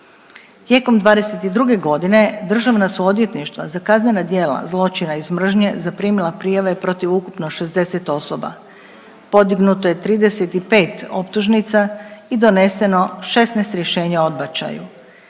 Tijekom '22.g. državna su odvjetništva za kaznena djela zločina iz mržnje zaprimila prijave protiv ukupno 60 osoba, podignuto je 35 optužnica i doneseno 16 rješenja o odbačaju.